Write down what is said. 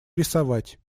рисовать